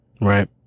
Right